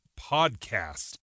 podcast